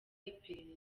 iperereza